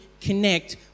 connect